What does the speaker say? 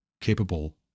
capable